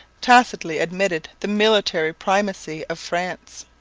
tacitly admitted the military primacy of france.